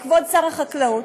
כבוד שר החקלאות,